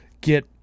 get